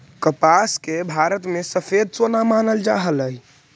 कपास के भारत में सफेद सोना मानल जा हलई